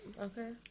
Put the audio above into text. Okay